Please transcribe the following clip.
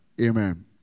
Amen